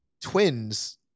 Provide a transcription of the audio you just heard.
twins